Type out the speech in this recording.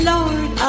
Lord